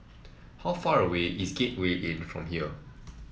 how far away is Gateway Inn from here